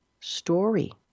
story